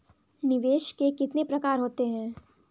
निवेश के कितने प्रकार होते हैं?